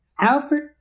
alfred